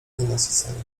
nienasycenia